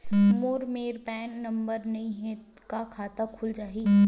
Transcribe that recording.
मोर मेर PAN number नई हे का खाता खुल जाही?